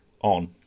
on